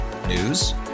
News